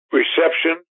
reception